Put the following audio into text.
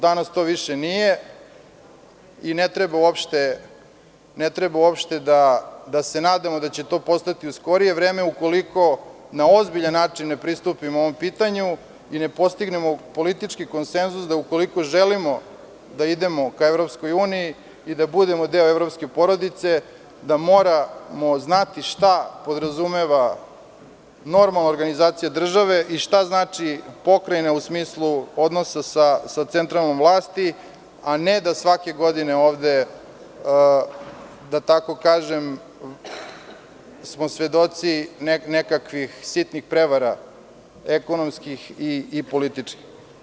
Danas to više nije i ne treba uopšte da se nadamo da će to postati u skorije vreme, ukoliko na ozbiljan način ne pristupimo ovom pitanju i ne postignemo politički konsenzus da, ukoliko želimo da idemo ka EU i da budem deo evropske porodice, moramo znati šta podrazumeva normalna organizacija države i šta znači pokrajina u smislu odnosa sa centralnom vlasti, a ne da smo svake godine ovde, da tako kažem, svedoci nekakvih sitnih prevara, ekonomskih i političkih.